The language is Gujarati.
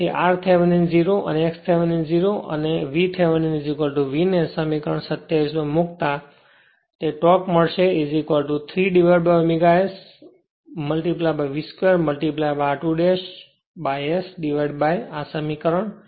તેથી r Thevenin 0 અને x Thevenin 0 અને VThevenin V ને સમીકરણ 27 માં મુક્તા તે ટોર્ક મળશે 3ω S V 2 r2 S divided by આ સમીકરણ